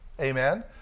Amen